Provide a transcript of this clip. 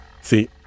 See